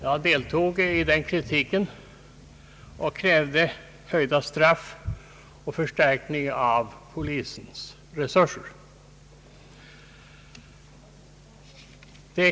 Jag deltog i den kritiken och krävde höjda straff samt förstärkning av polisens resurser.